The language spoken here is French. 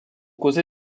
causé